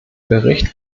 bericht